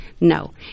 No